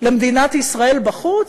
למדינת ישראל בחוץ?